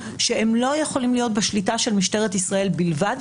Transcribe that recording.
שלא יכולים להיות בשליטה של משטרת ישראל בלבד,